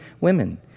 women